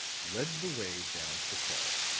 led the way down to the car.